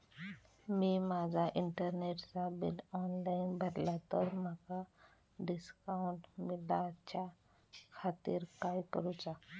मी माजा इंटरनेटचा bill online भरला तर माका डिस्काउंट मिलाच्या खातीर काय करुचा?